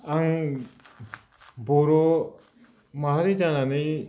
आं बर' माहारि जानानै